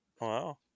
Wow